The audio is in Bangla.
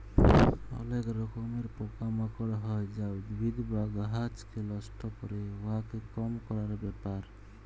অলেক রকমের পকা মাকড় হ্যয় যা উদ্ভিদ বা গাহাচকে লষ্ট ক্যরে, উয়াকে কম ক্যরার ব্যাপার